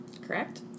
Correct